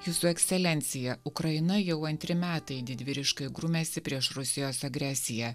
jūsų ekscelencija ukraina jau antri metai didvyriškai grumiasi prieš rusijos agresiją